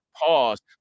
pause